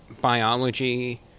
Biology